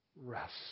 rest